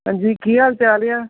ਹਾਂਜੀ ਕੀ ਹਾਲ ਚਾਲ ਆ